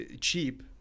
cheap